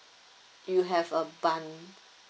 you have a bun~